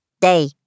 Day